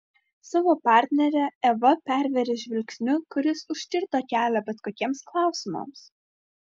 savo partnerę eva pervėrė žvilgsniu kuris užkirto kelią bet kokiems klausimams